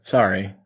Sorry